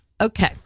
okay